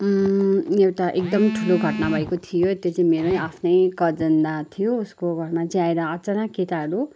एउटा एकदम ठुलो घटना भएको थियो त्यो चाहिँ मेरै आफ्नै कजन दादा थियो उसको घरमा चाहिँ आएर अचानक केटाहरू